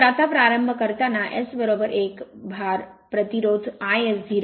तर आता प्रारंभ करताना S 1 भार प्रतिरोध iS0